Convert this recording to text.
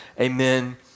amen